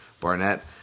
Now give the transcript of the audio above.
Barnett